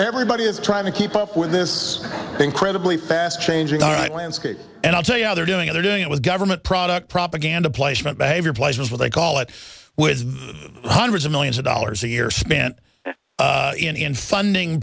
everybody is trying to keep up with this incredibly fast changing alright landscape and i'll tell you how they're doing it they're doing it with government product propaganda placement behavior pleasure is what they call it with hundreds of millions of dollars a year spent in funding